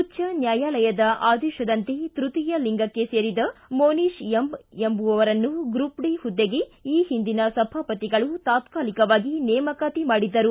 ಉಚ್ದ ನ್ಯಾಯಾಲಯದ ಆದೇಶದಂತೆ ತೃತೀಯ ಲಿಂಗಕ್ಕೆ ಸೇರಿದ ಮೊನಿಷ ಎಂ ಎಂಬವರನ್ನು ಗ್ರೂಪ್ ಡಿ ಹುದ್ದೆಗೆ ಈ ಹಿಂದಿನ ಸಭಾಪತಿಗಳು ತಾತ್ಕಾಲಿಕವಾಗಿ ನೇಮಕಾತಿ ಮಾಡಿದ್ದರು